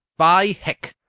by hec,